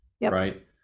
right